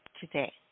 today